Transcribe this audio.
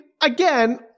Again